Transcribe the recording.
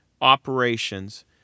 operations